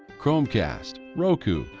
chromecast, roku,